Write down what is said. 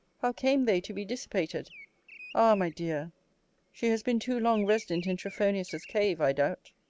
how came they to be dissipated ah! my dear she has been too long resident in trophonius's cave, i doubt.